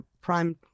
prime